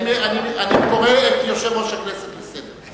אני קורא את יושב-ראש הכנסת לסדר.